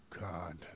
God